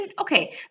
okay